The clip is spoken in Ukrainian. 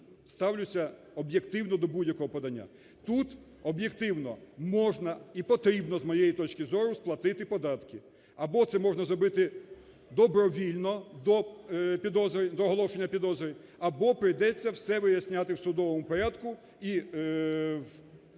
ставлюсь об'єктивно до будь-якого подання. Тут об'єктивно можна і потрібно, з моєї точки зору, сплатити податки. Або це можна зробити добровільно до оголошення підозри, або прийдеться все виясняти в судовому порядку і Кримінальний